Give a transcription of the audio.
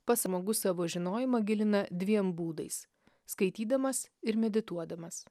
pas žmogus savo žinojimą gilina dviem būdais skaitydamas ir medituodamas